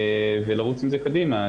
ולרוץ עם זה קדימה.